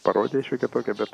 parodija šiokia tokia bet